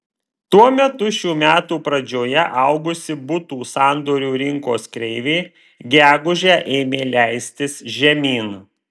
tuo metu šių metų pradžioje augusi butų sandorių rinkos kreivė gegužę ėmė leistis žemyn